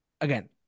again